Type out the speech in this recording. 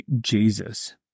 Jesus